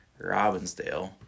Robbinsdale